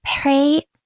pray